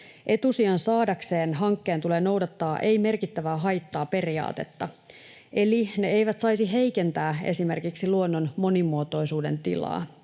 Etusijan saadakseen hankkeen tulee noudattaa ei merkittävää haittaa ‑periaatetta, eli ne eivät saisi heikentää esimerkiksi luonnon monimuotoisuuden tilaa.